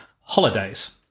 holidays